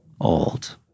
old